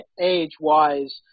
age-wise